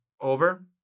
Over